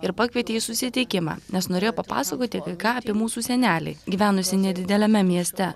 ir pakvietė į susitikimą nes norėjo papasakoti kai ką apie mūsų senelį gyvenusį nedideliame mieste